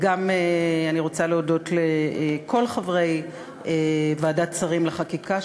אני רוצה להודות גם לכל חברי ועדת שרים לחקיקה,